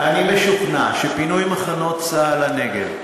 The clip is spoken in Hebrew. אני משוכנע שפינוי מחנות צה"ל לנגב,